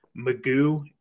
Magoo